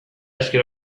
ezker